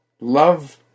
love